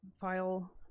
file